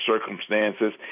circumstances